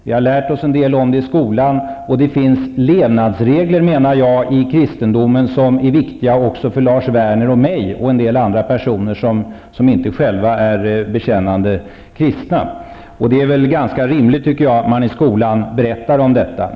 Vi har lärt oss en del om kristendomen i skolan. Det finns i kristendomen levnadsregler som är viktiga även för Lars Werner och mig och en del andra personer som inte själva är bekännande kristna. Det är ganska rimligt att man i skolan berättar om detta.